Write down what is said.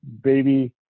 baby